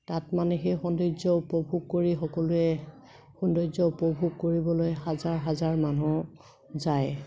তাত মানে সেই সৌন্দৰ্য উপভোগ কৰি সকলোৱে সৌন্দৰ্য উপভোগ কৰিবলৈ হাজাৰ হাজাৰ মানুহ যায়